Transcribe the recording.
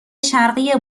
شرقی